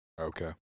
Okay